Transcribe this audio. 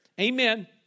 amen